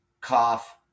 cough